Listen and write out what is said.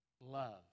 love